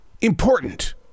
important